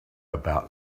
about